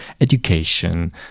education